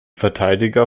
verteidiger